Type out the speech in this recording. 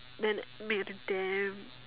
then make until damn